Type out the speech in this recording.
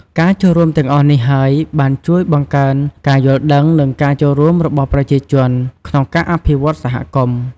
ការចូលរួមទាំងអស់នេះហើយបានជួយបង្កើនការយល់ដឹង និងការចូលរួមរបស់ប្រជាជនក្នុងការអភិវឌ្ឍសហគមន៍។